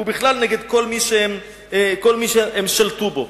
ובכלל כל מי שהם שלטו בו.